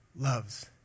loves